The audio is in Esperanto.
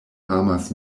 amas